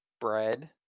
Bread